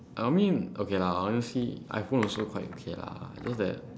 I mean okay lah honestly iphone also quite okay lah just that